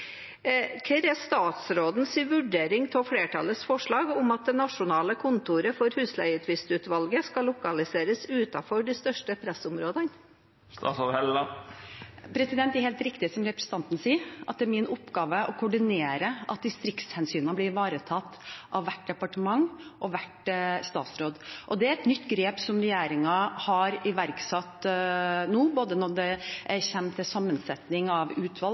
Hva er statsrådens vurdering av flertallets forslag om at det nasjonale kontoret for Husleietvistutvalget skal lokaliseres utenfor de største pressområdene? Det er helt riktig som representanten sier, at det er min oppgave å koordinere at distriktshensynene blir ivaretatt av hvert departement og hver statsråd. Det er et nytt grep som regjeringen har iverksatt nå. Når det gjelder både sammensetningen av utvalg